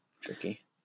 Tricky